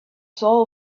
soul